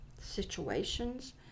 situations